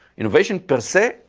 innovation per se?